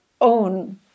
own